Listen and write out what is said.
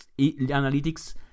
analytics